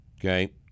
Okay